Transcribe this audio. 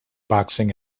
boxing